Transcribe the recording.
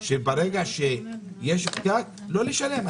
שברגע שיש פקק לא לשלם.